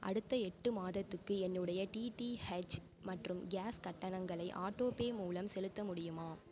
அடுத்த எட்டு மாதத்துக்கு என்னுடைய டிடிஹெச் மற்றும் கேஸ் கட்டணங்களை ஆட்டோபே மூலம் செலுத்த முடியுமா